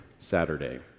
Saturday